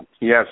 Yes